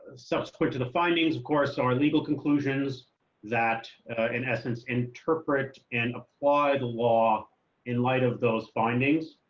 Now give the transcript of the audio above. subsequent to the findings of course our legal conclusions that in essence interpret and apply the law in light of those findings.